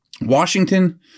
Washington